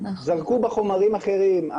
זרקו בה חומרים אחרים,